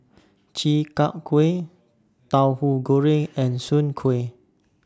Chi Kak Kuih Tauhu Goreng and Soon Kuih